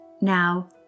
Now